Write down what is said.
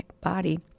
body